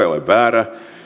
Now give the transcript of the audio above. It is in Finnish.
ole väärä